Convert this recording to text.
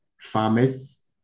farmers